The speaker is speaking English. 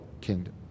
kingdom